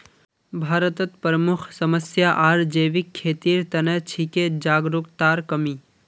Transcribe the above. भारतत प्रमुख समस्या आर जैविक खेतीर त न छिके जागरूकतार कमी